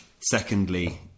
Secondly